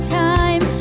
time